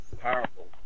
powerful